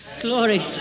Glory